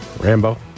Rambo